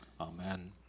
Amen